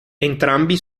entrambi